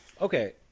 Okay